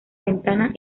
ventana